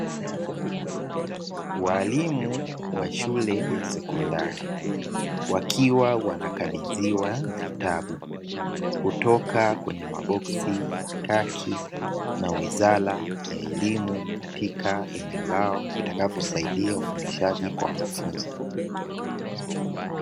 Waalimu wa shule ya sekondari wakiwa wanakabidhiwa vitabu, kutoka kwenye maboksi ya kaki na wizara ya elimu katika eneo lao. Vitakavosaidia ufundishaji kwa wanafunzi.